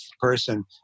person